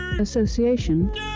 association